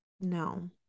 No